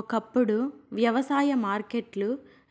ఒకప్పుడు వ్యవసాయ మార్కెట్ లు